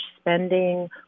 spending